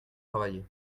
travailler